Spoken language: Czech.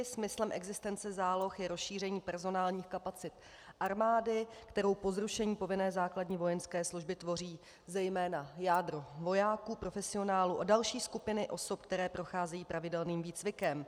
Smyslem existence záloh je rozšíření personálních kapacit armády, kterou po zrušení povinné základní vojenské služby tvoří zejména jádro vojáků profesionálů a další skupiny osob, které procházejí pravidelným výcvikem.